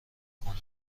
کند